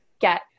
get